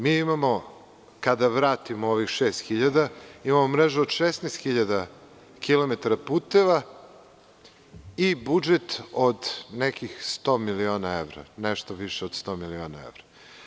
Mi imamo, kada vratimo ovih 6.000, mrežu od 16.000 km puteva i budžet od nekih 100 miliona evra, nešto više od 100 miliona evra.